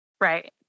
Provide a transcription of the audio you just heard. Right